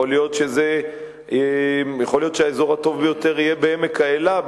יכול להיות שהאזור הטוב ביותר יהיה בעמק האלה,